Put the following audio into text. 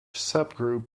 subgroup